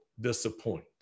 disappoint